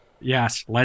Yes